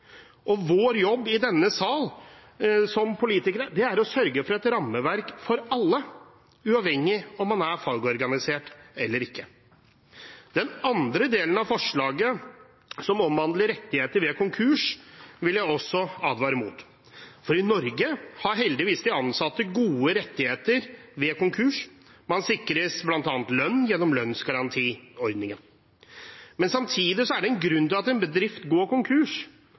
arbeidsforhold. Vår jobb som politikere i denne sal er å sørge for et rammeverk for alle, uavhengig av om man er fagorganisert eller ikke. Den andre delen av forslaget, som omhandler rettigheter ved konkurs, vil jeg også advare mot. I Norge har de ansatte heldigvis gode rettigheter ved konkurs. Man sikres bl.a. lønn gjennom lønnsgarantiordningen. Men samtidig er det en grunn til at en bedrift går konkurs.